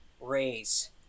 raise